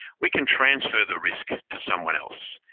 we can transfer the risk to someone else.